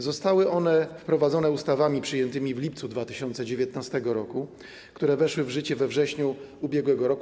Zostały one wprowadzone ustawami przyjętymi w lipcu 2019 r., które weszły w życie we wrześniu ubiegłego roku.